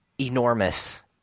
enormous